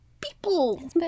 people